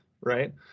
right